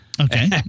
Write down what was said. Okay